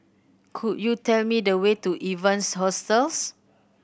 could you tell me the way to Evans Hostels